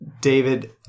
David